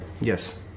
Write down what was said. Yes